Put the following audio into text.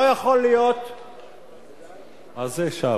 מה זה שם?